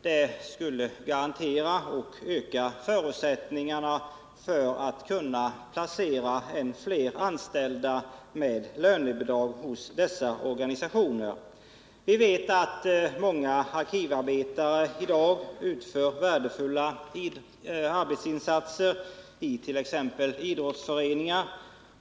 Det skulle öka förutsättningarna för att kunna placera än fler anställda med lönebidrag hos ifrågavarande organisationer. Vi vet att många arkivarbetare i dag gör värdefulla arbetsinsatser i t.ex. idrottsföreningar.